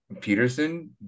Peterson